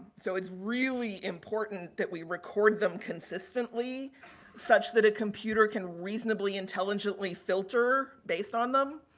so, it's really important that we record them consistently such that a computer can reasonably intelligently filter based on them.